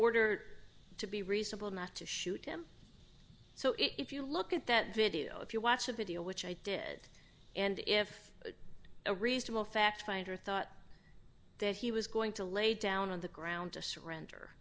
order to be re simple not to shoot him so if you look at that video if you watch a video which i did and if a reasonable fact finder thought that he was going to lay down on the ground to surrender